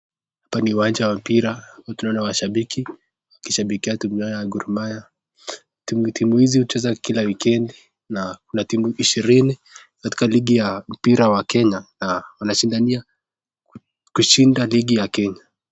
Hapa ni uwanja wa mpira, hapa tunaona washabiki, wakishabikia timu yao ya Gormahia, timu hizi hucheza kila wikendi na kuna timu ishirini kwa ligi ya mpira wa Kenya anashindania kushinda ligi ya Kenya.